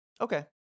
Okay